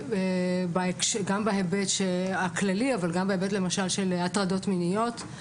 גם בהיבט הכללי אבל גם בהיבט למשל של הטרדות מיניות.